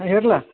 ಹಾಂ ಹೇಳ್ರಲ